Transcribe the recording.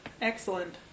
Excellent